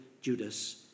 Judas